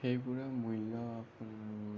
সেইবোৰৰ মূল্য